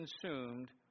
consumed